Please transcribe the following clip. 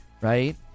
right